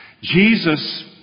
Jesus